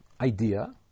Idea